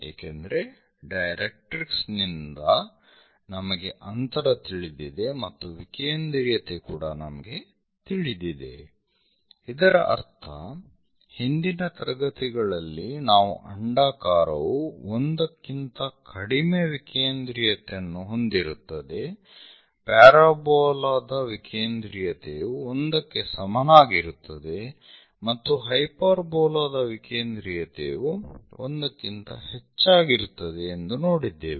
ಏಕೆಂದರೆ ಡೈರೆಕ್ಟ್ರಿಕ್ಸ್ ನಿಂದ ನಮಗೆ ಅಂತರ ತಿಳಿದಿದೆ ಮತ್ತು ವಿಕೇಂದ್ರೀಯತೆ ಕೂಡಾ ನಮಗೆ ತಿಳಿದಿದೆ ಇದರ ಅರ್ಥ ಹಿಂದಿನ ತರಗತಿಗಳಲ್ಲಿ ನಾವು ಅಂಡಾಕಾರವು 1 ಕ್ಕಿಂತ ಕಡಿಮೆ ವಿಕೇಂದ್ರೀಯತೆಯನ್ನು ಹೊಂದಿರುತ್ತದೆ ಪ್ಯಾರಾಬೋಲಾದ ವಿಕೇಂದ್ರೀಯತೆಯು 1 ಕ್ಕೆ ಸಮನಾಗಿರುತ್ತದೆ ಮತ್ತು ಹೈಪರ್ಬೋಲಾ ದ ವಿಕೇಂದ್ರೀಯತೆಯು 1 ಕ್ಕಿಂತ ಹೆಚ್ಚಾಗಿರುತ್ತದೆ ಎಂದು ನೋಡಿದ್ದೇವೆ